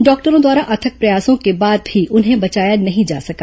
डॉक्टरों द्वारा अथक प्रयासों के बाद भी उन्हें बचाया नहीं जा सका